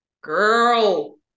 Girl